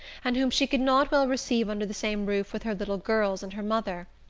and whom she could not well receive under the same roof with her little girls and her mother.